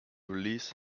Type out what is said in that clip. release